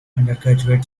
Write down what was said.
undergraduate